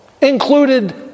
included